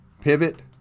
pivot